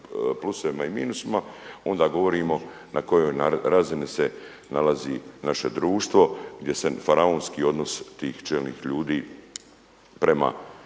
plusevima i minusima. Onda govorimo na kojoj razini se nalazi naše društvo gdje se faraonski odnos tih čelnih ljudi prema,